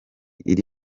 iri